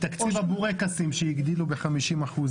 מתקציב הבורקסים שהגדילו ב-50%.